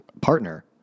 partner